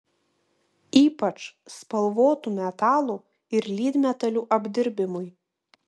ypač spalvotų metalų ir lydmetalių apdirbimui